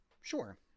Sure